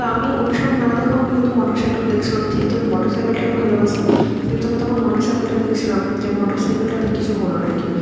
তো আমি ওইসব না দেখেও আমি কিন্তু মোটরসাইকেল দেখছিলাম যেহেতু আমি মোটর সাইকেলটাকে ভালোবাসি সেহেতু আমি তখন মোটর সাইকেলটা দেখছিলাম যে মোটর সাইকেলটাতে কিছু হল নাকি